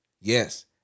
Yes